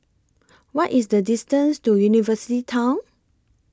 What IS The distance to University Town